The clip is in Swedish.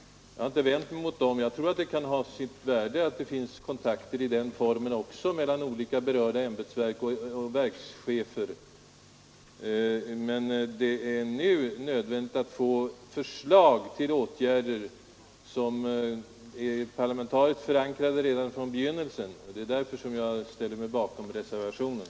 Jag har inte vänt mig mot dem; jag tror att det kan ha sitt värde att det finns kontakter också i den formen mellan olika berörda ämbetsverk och verkschefer, men det är nu nödvändigt att få fram förslag till åtgärder som är parlamentariskt förankrade redan från begynnelsen. Det är därför jag ställer mig bakom reservationen.